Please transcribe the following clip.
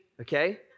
okay